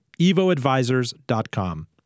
evoadvisors.com